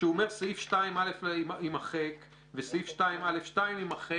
כשהוא אומר סעיף 2(א) יימחק וסעיף 2(א)(2) יימחק,